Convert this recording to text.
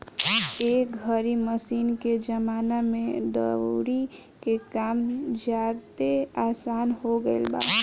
एह घरी मशीन के जमाना में दउरी के काम ज्यादे आसन हो गईल बा